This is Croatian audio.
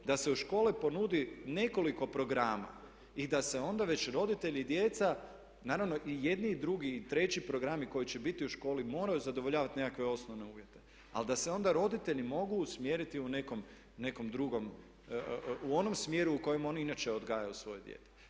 Da se u škole ponudi nekoliko programa i da se onda već roditelji i djeca, naravno i jedni i drugi i treći programi koji će biti u školi moraju zadovoljavati nekakve osnovne uvjete, ali da se onda roditelji mogu usmjeriti u nekom drugom, u onom smjeru u kojem oni inače odgajaju svoje dijete.